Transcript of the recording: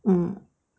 mm